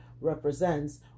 represents